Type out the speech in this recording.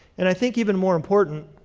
and i think even more important,